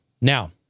Now